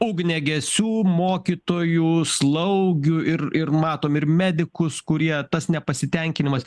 ugniagesių mokytojų slaugių ir ir matom ir medikus kurie tas nepasitenkinimas